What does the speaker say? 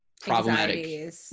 problematic